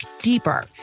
deeper